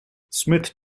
smith